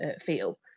feel